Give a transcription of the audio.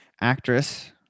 actress